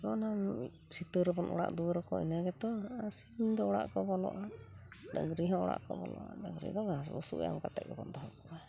ᱟᱨ ᱚᱱᱟ ᱢᱤᱫ ᱥᱤᱛᱟᱹᱨᱮᱵᱚᱱ ᱚᱲᱟ ᱫᱩᱣᱟᱹᱨᱟᱠᱚᱣᱟ ᱤᱱᱟᱹ ᱜᱮᱛᱚ ᱟᱨ ᱥᱤᱢ ᱫᱚ ᱚᱲᱟᱜ ᱠᱚ ᱵᱚᱞᱚᱜᱼᱟ ᱰᱟᱝᱨᱤ ᱦᱚᱸ ᱚᱲᱟᱜ ᱠᱚ ᱵᱚᱞᱚᱜᱼᱟ ᱰᱟᱝᱨᱤ ᱫᱚ ᱜᱷᱟᱸᱥ ᱵᱩᱥᱩᱵ ᱮᱢ ᱠᱟᱛᱮᱫ ᱜᱮᱵᱚᱱ ᱫᱚᱦᱚ ᱠᱚᱣᱟ